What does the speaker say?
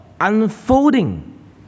unfolding